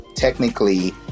Technically